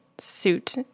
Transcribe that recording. suit